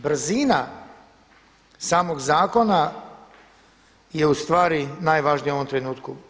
Brzina samog zakona je ustvari najvažnija u ovom trenutku.